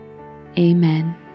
Amen